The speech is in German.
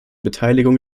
beteiligung